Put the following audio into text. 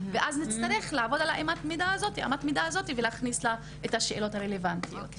ואז נצטרך לעבוד על אמת המידה הזאת ולהכניס לה את השאלות הרלוונטיות.